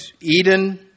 Eden